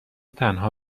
تنها